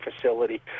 facility